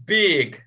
big